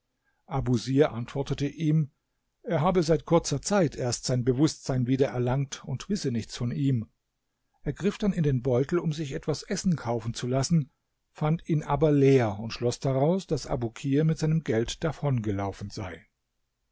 abusir antwortete ihm er habe seit kurzer zeit erst sein bewußtsein wieder erlangt und wisse nichts von ihm er griff dann in den beutel um sich etwas zu essen kaufen zu lassen fand ihn aber leer und schloß daraus daß abukir mit seinem geld davongelaufen sei